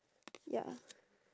ya